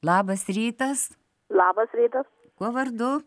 labas rytas labas rytas kuo vardu